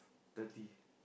thirty